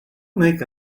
make